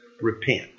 repent